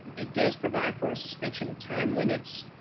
it does provide for a suspension of time limits.